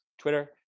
Twitter